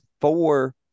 four